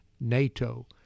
NATO